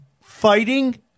fighting